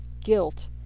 guilt